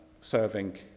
serving